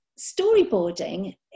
storyboarding